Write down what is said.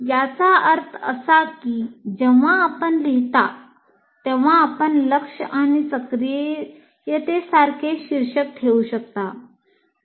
याचा अर्थ असा की जेव्हा आपण लिहिता तेव्हा आपण लक्ष आणि सक्रियतेसारखे शीर्षक ठेवू शकता